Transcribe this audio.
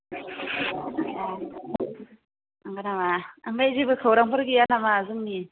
ए नोंगौ नामा ओमफ्राय जेबो फ्रग्रामफोर गैया नामा जोंनि